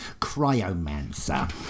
Cryomancer